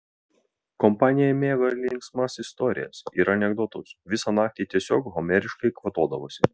kompanija mėgo linksmas istorijas ir anekdotus visą naktį tiesiog homeriškai kvatodavosi